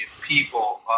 people